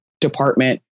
department